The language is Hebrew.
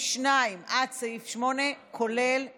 אלי אבידר,